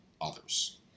others